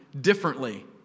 differently